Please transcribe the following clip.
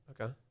okay